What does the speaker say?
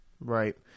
Right